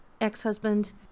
ex-husband